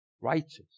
Righteous